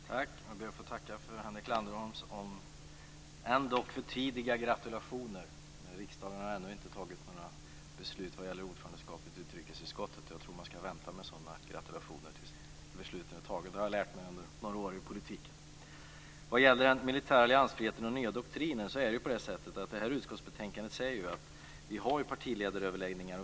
Fru talman! Jag ber att få tacka för Henrik Landerholms gratulationer även om de är för tidiga. Riksdagen har ännu inte fattat några beslut vad gäller ordförandeskapet i utrikesutskottet. Jag tror att man ska vänta med sådana gratulationer tills besluten är fattade. Det har jag lärt mig under några år i politiken. Vad gäller den militära alliansfriheten och den nya doktrinen är det ju på det sättet att det här utskottsbetänkandet säger att vi har partiledaröverläggningar.